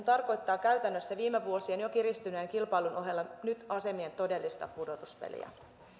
tarkoittaa käytännössä viime vuosien jo kiristyneen kilpailun ohella nyt asemien todellista pudotuspeliä